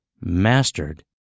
mastered